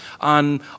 on